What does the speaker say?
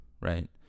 right